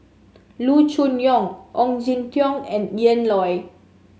Loo Choon Yong Ong Jin Teong and Ian Loy